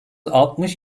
altmış